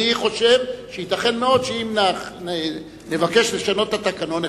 אני חושב שייתכן מאוד שאם אחד מכם יבקש לשנות את התקנון,